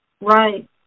Right